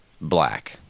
black